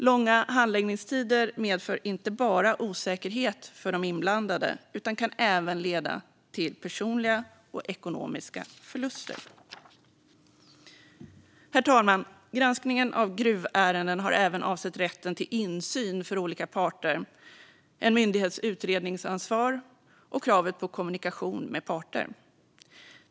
Långa handläggningstider medför inte bara osäkerhet för de inblandade utan kan även leda till personliga och ekonomiska förluster. Herr talman! Granskningen av gruvärenden har även avsett rätten till insyn för olika parter, en myndighets utredningsansvar och kravet på kommunikation med parter.